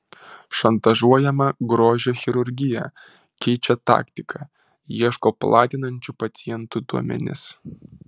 šantažuojama grožio chirurgija keičia taktiką ieško platinančių pacientų duomenis